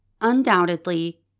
Undoubtedly